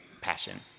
passion